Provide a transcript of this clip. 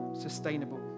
sustainable